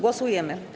Głosujemy.